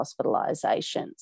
hospitalizations